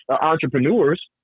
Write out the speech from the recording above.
entrepreneurs